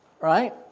right